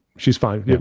she's fine.